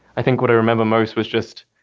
i think what i remember most was just